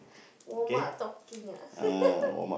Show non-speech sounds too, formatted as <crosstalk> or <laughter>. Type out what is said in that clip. warm up talking ah <laughs>